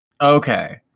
okay